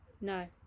No